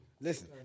Listen